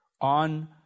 on